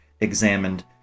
examined